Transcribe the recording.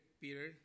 Peter